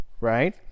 Right